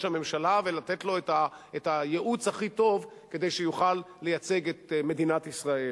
הממשלה ולתת לו את הייעוץ הכי טוב כדי שיוכל לייצג את מדינת ישראל,